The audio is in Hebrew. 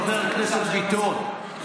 חבר הכנסת ביטון,